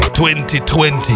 2020